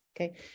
Okay